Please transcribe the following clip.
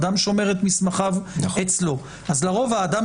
אדם שומר את מסמכיו אצלו אז לרוב האדם